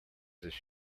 this